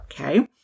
Okay